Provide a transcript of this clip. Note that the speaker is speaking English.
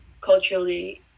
culturally